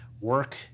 work